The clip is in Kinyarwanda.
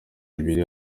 ibiri